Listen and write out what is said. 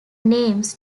names